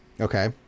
Okay